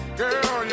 girl